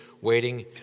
waiting